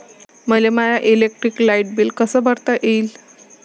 मले my electric light bill कस भरता येईल?